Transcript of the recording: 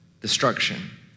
destruction